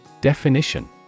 Definition